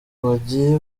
bagiye